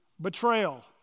betrayal